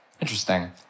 Interesting